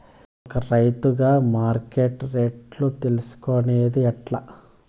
ఒక రైతుగా మార్కెట్ రేట్లు తెలుసుకొనేది ఎట్లా?